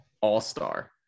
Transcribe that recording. all-star